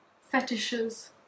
fetishes